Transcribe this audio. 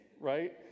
right